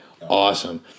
awesome